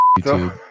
YouTube